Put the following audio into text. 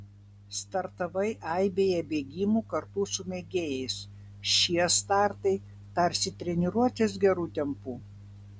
startavai aibėje bėgimų kartu su mėgėjais šie startai tarsi treniruotės geru tempu